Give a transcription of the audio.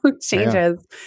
changes